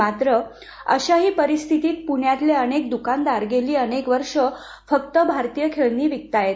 मात्र अशाही परिस्थितीत पुण्यातले अनेक द्रकानदार गेली अनेक वर्ष फक्त भारतीय खेळणी विकताहेत